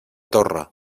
torre